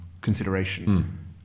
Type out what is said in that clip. consideration